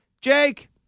Jake